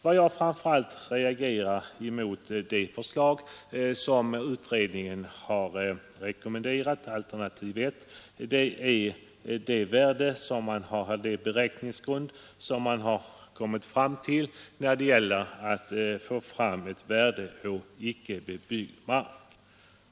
Vad jag framför allt reagerar mot i det förslag som utredningen rekommenderat — alternativ I — är den beräkningsgrund man kommit fram till beträffande värdet på icke bebyggd mark.